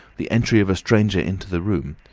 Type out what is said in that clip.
the entry of a stranger into the room,